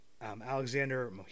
Alexander